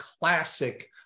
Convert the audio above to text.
classic